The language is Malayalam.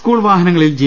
സ്കൂൾ വാഹനങ്ങളിൽ ജി